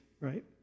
right